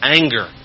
anger